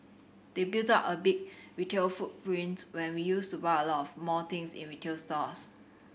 they built out a big retail footprints when we used to buy a lot more things in retail stores